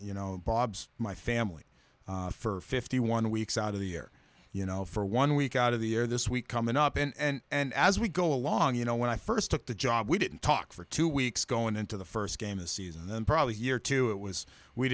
you know bob's my family for fifty one weeks out of the year you know for one week out of the year this week coming up and as we go along you know when i first took the job we didn't talk for two weeks going into the first game a season then probably a year or two it was we